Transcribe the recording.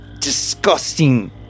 disgusting